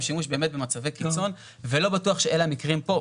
שימוש באמת במצבי קיצון ולא בטוח שאלה המקרים פה.